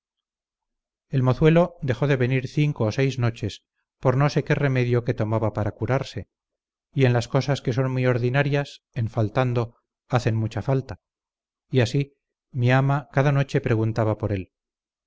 el mozuelo dejó de venir cinco o seis noches por no sé qué remedio que tomaba para curarse y en las cosas que son muy ordinarias en faltando hacen mucha falta y así mi ama cada noche preguntaba por él